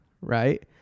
right